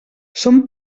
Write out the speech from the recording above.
són